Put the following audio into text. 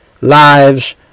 lives